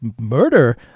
murder